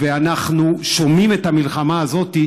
ואנחנו שומעים את המלחמה הזאת,